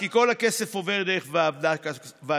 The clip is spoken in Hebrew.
כי כל הכסף עובר דרך ועדת הכספים.